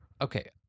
Okay